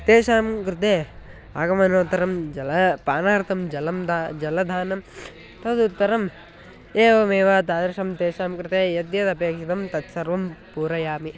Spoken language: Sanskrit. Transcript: तेषां कृते आगमनोत्तरं जलं पानार्थं जलं दातुं जलदानं तदुत्तरम् एवमेव तादृशं तेषां कृते यद्यदपेक्षितं तत्सर्वं पूरयामि